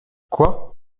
quoi